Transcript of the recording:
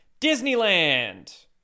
Disneyland